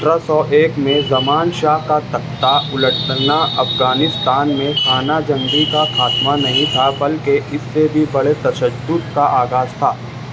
اٹھرہ سو ایک میں زمان شاہ کا تختہ الٹ کرنا افغانستان میں خانہ جنگی کا خاتمہ نہیں تھا بلکہ اس سے بھی بڑے تشدد کا آغاز تھا